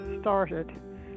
started